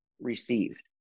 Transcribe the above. received